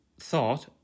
thought